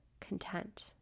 content